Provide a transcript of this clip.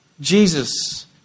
Jesus